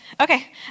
Okay